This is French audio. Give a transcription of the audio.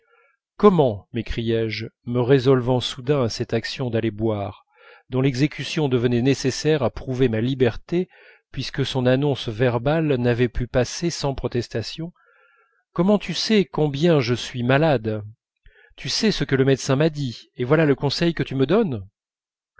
comment m'écriai-je me résolvant soudain à cette action d'aller boire dont l'exécution devenait nécessaire à prouver ma liberté puisque son annonce verbale n'avait pu passer sans protestation comment tu sais combien je suis malade tu sais ce que le médecin m'a dit et voilà le conseil que tu me donnes